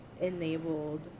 enabled